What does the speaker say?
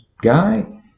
guy